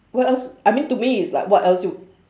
what else I mean to me is like what else you